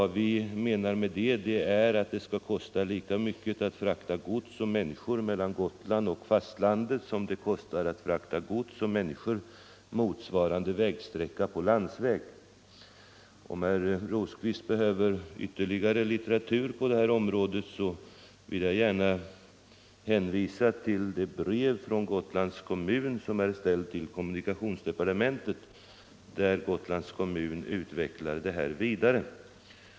Därmed menar vi att det skall kosta lika mycket att frakta gods och människor mellan Gotland och fastlandet som det kostar att frakta gods och människor motsvarande sträcka på fastlandet. Om herr Rosqvist behöver ytterligare litteratur på detta område vill jag hänvisa till det brev från Gotlands kommun som är ställt till kommunikationsdepartementet, där Gotlands kommun utvecklar frågan vidare.